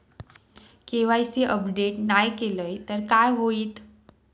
KYC update नाय केलय तर काय होईत?